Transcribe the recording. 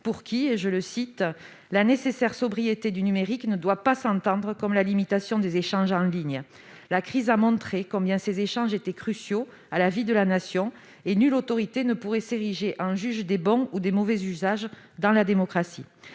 président de l'Arcep :« La nécessaire sobriété du numérique ne doit pas s'entendre comme la limitation des échanges en ligne. La crise a montré combien ces échanges étaient cruciaux à la vie de la Nation, et nulle autorité ne pourrait s'ériger en juge des bons ou des mauvais usages dans la démocratie.